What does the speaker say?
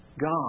God